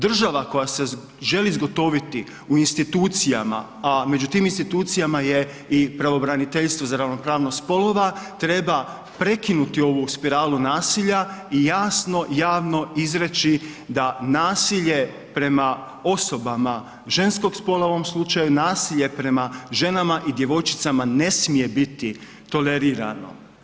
Država koja se želi zgotoviti u institucijama, a i među tim institucijama je i pravobraniteljstvo za ravnopravnost spolova treba prekinuti ovu spiralu nasilja i jasno javno izreći da nasilje prema osobama ženskog spola u ovom slučaju, nasilje prema ženama i djevojčicama ne smije biti tolerirano.